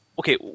Okay